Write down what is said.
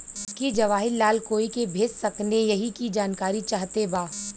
की जवाहिर लाल कोई के भेज सकने यही की जानकारी चाहते बा?